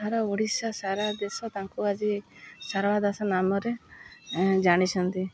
ସାରା ଓଡ଼ିଶା ସାରା ଦେଶ ତାଙ୍କୁ ଆଜି ଶାରଳା ଦାସ ନାମରେ ଜାଣିଛନ୍ତି